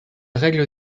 règles